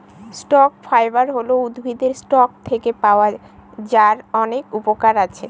stock fibre হল উদ্ভিদের stock থেকে পাওয়া যার অনেক উপকরণ আছে